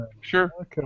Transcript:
Sure